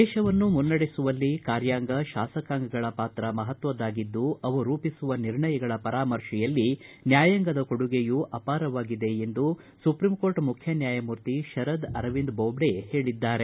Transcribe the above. ದೇತವನ್ನು ಮುನ್ನಡೆಸುವಲ್ಲಿ ಕಾರ್ಯಾಂಗ ಶಾಸಕಾಂಗಗಳ ಪಾತ್ರ ಮಹತ್ವದ್ದಾಗಿದ್ದು ಅವು ರೂಪಿಸುವ ನಿರ್ಣಯಗಳ ಪರಾಮರ್ಶೆಯಲ್ಲಿ ನ್ಯಾಯಾಂಗದ ಕೊಡುಗೆಯು ಅಪಾರವಾಗಿದೆ ಎಂದು ಸುಪ್ರೀಂ ಕೋರ್ಟ್ ಮುಖ್ಯ ನ್ಯಾಯಮೂರ್ತಿ ಶರದ್ ಅರವಿಂದ ಬೋದ್ದೆ ಹೇಳಿದ್ದಾರೆ